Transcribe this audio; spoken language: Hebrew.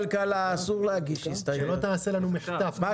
שלא תעשה לנו מחטף.